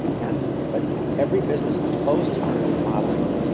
and but every business that closes during remodeling,